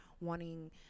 wanting